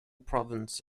province